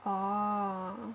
orh